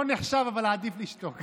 זה לא נחשב, אבל עדיף לשתוק.